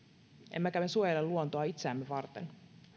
emmekä me suojele luontoa itseämme varten